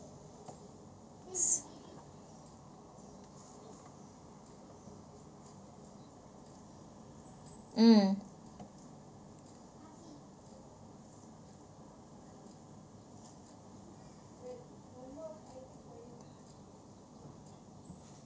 s~ mm